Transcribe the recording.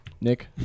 Nick